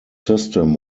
system